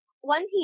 one